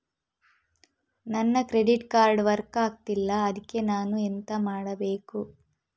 ನನ್ನ credit card work ಆಗ್ತಿಲ್ಲ ಅದ್ಕೆ ನಾನು ಎಂತ ಮಾಡಬೇಕು?